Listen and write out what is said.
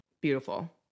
Beautiful